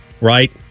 Right